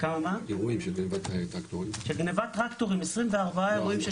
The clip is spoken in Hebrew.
של גניבת טרקטורים 24 אירועים.